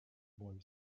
boy